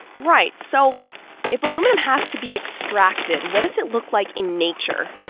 right. so if aluminum has to be extracted, what does it look like in nature?